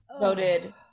voted